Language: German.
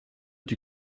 die